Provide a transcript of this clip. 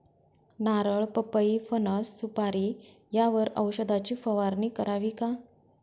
नारळ, पपई, फणस, सुपारी यावर औषधाची फवारणी करावी का?